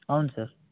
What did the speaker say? అవును సార్